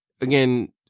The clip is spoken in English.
again